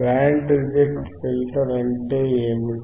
band reject filter అంటే ఏమిటి